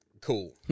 Cool